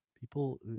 people